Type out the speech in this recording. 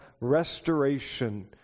restoration